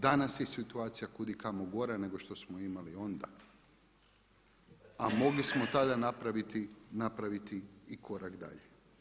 Danas je situacija kudikamo gora nego što smo imali onda, a mogli smo tada napraviti i korak dalje.